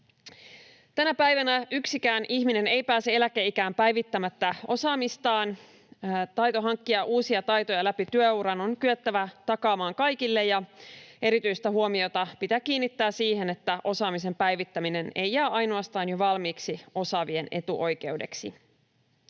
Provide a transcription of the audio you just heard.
Tänä päivänä yksikään ihminen ei pääse eläkeikään päivittämättä osaamistaan. Taito hankkia uusia taitoja läpi työuran on kyettävä takaamaan kaikille, ja erityistä huomiota pitää kiinnittää siihen, että osaamisen päivittäminen ei jää ainoastaan jo valmiiksi osaavien etuoikeudeksi.